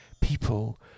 people